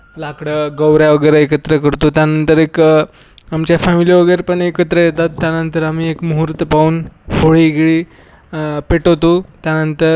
लाकडं गवऱ्या वगैरे एकत्र करतो त्यानंतर एक आमच्या फॅमिली वगैरेपण एकत्र येतात त्यानंतर आम्ही एक मुहूर्त पाहून होळी गिळी पेटवतो त्यानंतर